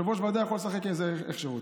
יושב-ראש ועדה יכול לשחק עם זה איך שהוא רוצה.